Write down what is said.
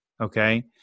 okay